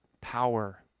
power